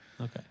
Okay